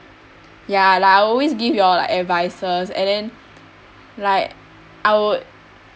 ya like I will always give you all like advices and then like I would